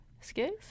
Excuse